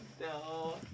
No